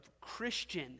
Christian